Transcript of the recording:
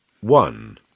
One